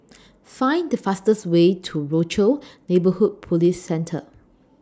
Find The fastest Way to Rochor Neighborhood Police Centre